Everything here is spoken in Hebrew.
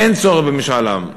אין צורך במשאל עם.